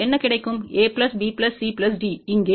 A B C D இங்கே